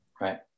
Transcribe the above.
Right